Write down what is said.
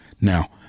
Now